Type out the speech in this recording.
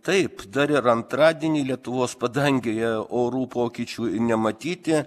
taip dar ir antradienį lietuvos padangėje orų pokyčių nematyti